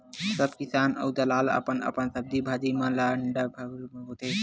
सब किसान अऊ दलाल अपन अपन सब्जी भाजी म ल मंडी म लेगथे